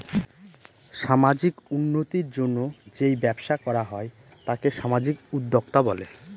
সামাজিক উন্নতির জন্য যেই ব্যবসা করা হয় তাকে সামাজিক উদ্যোক্তা বলে